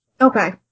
Okay